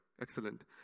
excellent